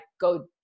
go